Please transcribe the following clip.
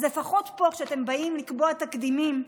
אז לפחות פה, כשאתם באים לקבוע תקדימים,